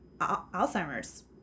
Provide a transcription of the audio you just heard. Alzheimer's